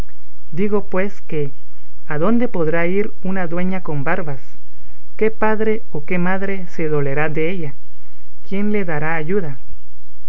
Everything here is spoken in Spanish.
digo pues que adónde podrá ir una dueña con barbas qué padre o qué madre se dolerá della quién la dará ayuda